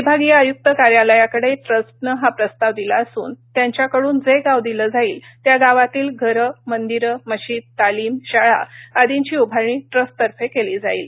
विभागीय आयुक्त कार्यालयाकडे ट्रस्टने हा प्रस्ताव दिला असून त्यांच्याकडून जे गाव दिल जाईल त्या गावातील घरं मंदिरं मशीद तालीम शाळा आदींची उभारणी ट्रस्टतर्फे केली जाईल